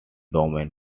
domain